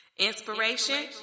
Inspiration